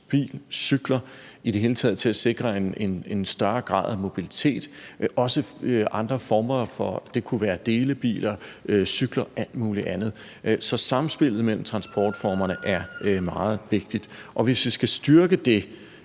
biler, cykler – og i det hele taget med hensyn til at sikre større grad af mobilitet og også med andre former for transport. Det kunne være delebiler, cykler og alt muligt andet. Så samspillet mellem transportformerne er meget vigtigt. Og hvis vi skal styrke det